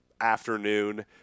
afternoon